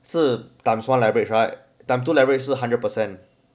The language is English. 是 time one leverage right time two leverage 是 hundred percent